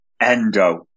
Endo